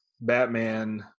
batman